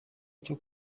cyo